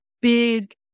big